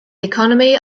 economy